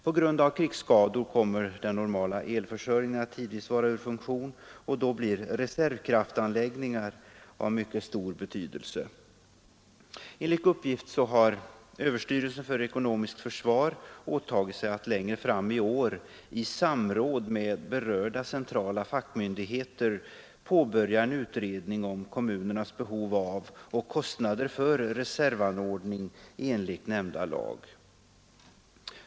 På grund av krigsskador kommer den normala elförsörjningen att tidvis vara ur funktion, och då blir reservkraftsanläggningar av mycket stor betydelse. Enligt uppgift har överstyrelsen för ekonomiskt försvar åtagit sig att längre fram i år i samråd med berörda centrala fackmyndigheter påbörja en utredning om kommunernas behov av och kostnader för reservanordning enligt nämnda lag.